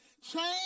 Change